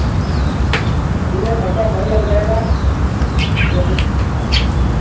ठीक है खर्चा सही लग जाएगा अच्छा कुछ